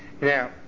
now